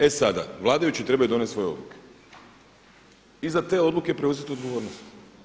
E sada, vladajući trebaju donest svoje odluke i za te odluke preuzet odgovornost.